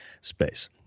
space